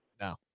No